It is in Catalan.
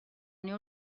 unió